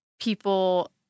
people